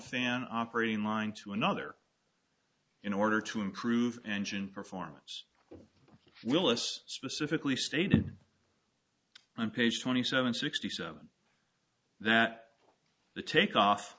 and operating line to another in order to improve engine performance willis specifically stated on page twenty seven sixty seven that the takeoff